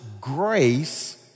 grace